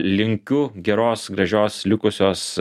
linkiu geros gražios likusios